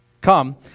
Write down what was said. Come